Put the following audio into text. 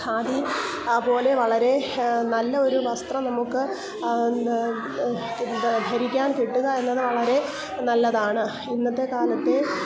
ഖാദി പോലെ വളരെ നല്ല ഒരു വസ്ത്രം നമ്മൾക്ക് ധരിക്കാൻ കിട്ടുക എന്നത് വളരെ നല്ലതാണ് ഇന്നത്തെ കാലത്തെ